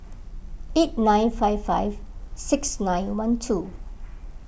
eight nine five five six nine one two